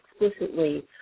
explicitly